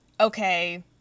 okay